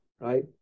right